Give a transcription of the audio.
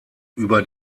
über